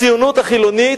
הציונות החילונית,